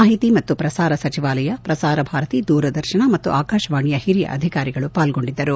ಮಾಹಿತಿ ಮತ್ತು ಪ್ರಸಾರ ಸಚಿವಾಲಯ ಪ್ರಸಾರ ಭಾರತಿ ದೂರದರ್ಶನ ಮತ್ತು ಆಕಾಶವಾಣಿಯ ಹಿರಿಯ ಅಧಿಕಾರಿಗಳು ಪಾರ್ಗೊಂಡಿದ್ದರು